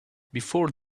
before